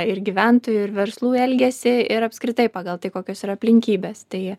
ir gyventojų ir verslų elgesį ir apskritai pagal tai kokios yra aplinkybės tai